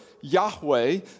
Yahweh